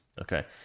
Okay